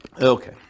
Okay